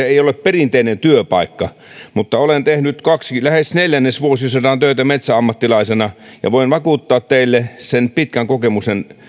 ei ole perinteinen työpaikka niin olen tehnyt lähes neljännesvuosisadan töitä metsäammattilaisena ja voin vakuuttaa teille hyvät kollegat sen pitkän kokemuksen